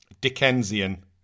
Dickensian